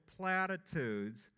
platitudes